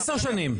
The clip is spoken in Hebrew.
10 שנים.